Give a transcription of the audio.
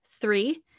Three